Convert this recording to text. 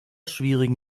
schwierigen